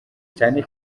cyane